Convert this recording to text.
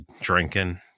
drinking